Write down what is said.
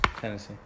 Tennessee